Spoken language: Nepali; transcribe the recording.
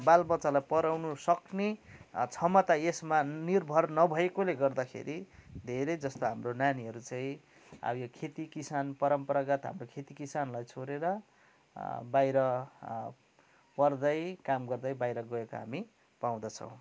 बाल बच्चालाई पढाउन सक्ने क्षमता यसमा निर्भर नभएकोले गर्दाखेरि धेरै जस्ता हाम्रो नानीहरू चाहिँ अब यो खेती किसान परम्परागत हाम्रो खेती किसानलाई छोडेर बाहिर पढ्दै काम गर्दै बाहिर गएको हामी पाउँदछौँ